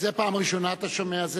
זה פעם ראשונה אתה שומע.